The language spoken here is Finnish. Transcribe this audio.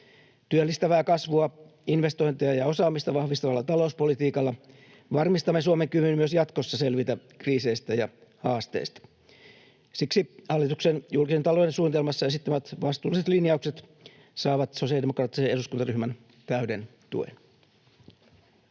Työllistävää kasvua, investointeja ja osaamista vahvistavalla talouspolitiikalla varmistamme Suomen kyvyn myös jatkossa selvitä kriiseistä ja haasteista. Siksi hallituksen julkisen talouden suunnitelmassa esittämät vastuulliset linjaukset saavat sosiaalidemokraattisen eduskuntaryhmän täyden tuen.